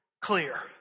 clear